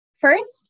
First